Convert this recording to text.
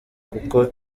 kuko